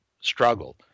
struggle